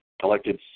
collected